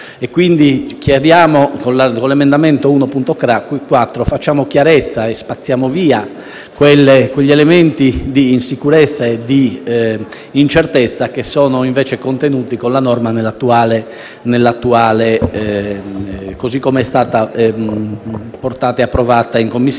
Quindi con l'emendamento 1.4 facciamo chiarezza e spazziamo via quegli elementi di insicurezza e di incertezza che sono invece contenuti nella norma così come è stata approvata in Commissione